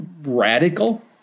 radical